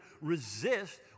resist